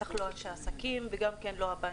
בטח לא אנשי עסקים וגם לא הבנקים.